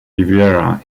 riviera